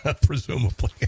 presumably